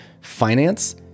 finance